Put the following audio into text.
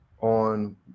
on